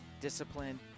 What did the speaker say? discipline